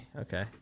Okay